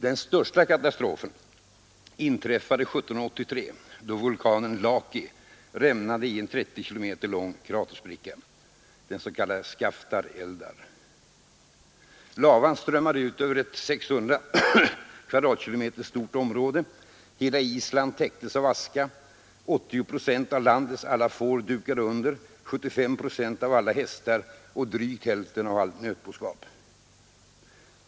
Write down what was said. Den största katastrofen inträffade 1783 då vulkanen Laki rämnade i en 30 km lång kraterspricka, den s.k. Skaftåreldar. Lavan strömmade ut över ett nära 600 km? stort område — hela Island täcktes av aska. 80 procent av landets alla får dukade under, 75 procent av alla hästar och drygt hälften av nötkreaturen.